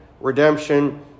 redemption